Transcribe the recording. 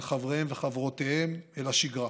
אל חבריהם וחברותיהם, אל השגרה.